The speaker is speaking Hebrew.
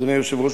אדוני היושב-ראש,